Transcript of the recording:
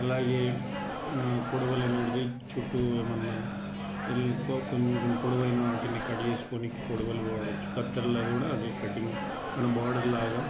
అలాగే కొడవలి అనేటిది చుట్టూ ఏమన్నా ఎక్కువ కొంచం పొడవైన వాటిని కట్ చేసుకోనీకి కొడవలి వాడచ్చు కత్తెరలా కూడా అదే కటింగ్ మన బోర్డర్లాగా